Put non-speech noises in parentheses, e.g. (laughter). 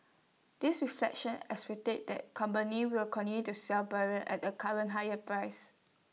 this reflection (unintelligible) that companies will continue to sell barrels at the current higher price